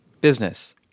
Business